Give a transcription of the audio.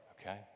okay